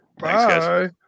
bye